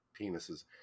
penises